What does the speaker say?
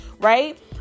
Right